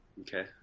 okay